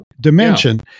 dimension